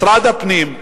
משרד הפנים,